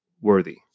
worthy